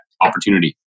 opportunity